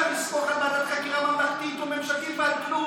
לסמוך על ועדת חקירה ממלכתית או ממשלתית ועל כלום,